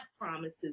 promises